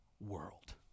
World